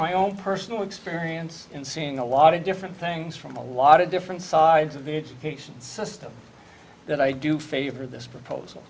my own personal experience in seeing a lot of different things from a lot of different sides of the education system that i do favor this proposal